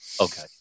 Okay